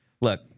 Look